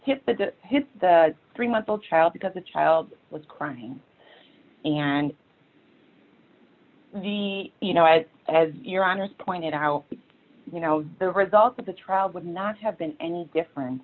to hit his three month old child because the child was crying and the you know i as your honour's pointed out you know the results of the trial would not have been any different